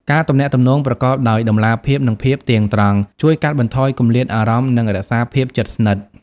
ការទំនាក់ទំនងប្រកបដោយតម្លាភាព និងភាពទៀងទាត់ ជួយកាត់បន្ថយគម្លាតអារម្មណ៍ និងរក្សាភាពជិតស្និទ្ធ។